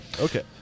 Okay